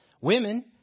Women